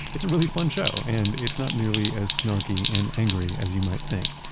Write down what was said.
it's a really fun show and it's not nearly as snarky and angry as you might think.